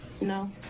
No